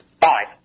Five